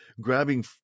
grabbing